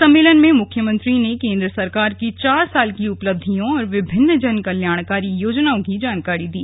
सम्मेलन में मुख्यमंत्री ने केंद्र सरकार की चार साल की उपलब्धियों और विभिन्न जन कल्याणकारी योजनाओं की जानकारी दी